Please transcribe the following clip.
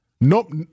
Nope